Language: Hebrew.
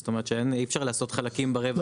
זאת אומרת שאי אפשר לעשות חלקים ברווח.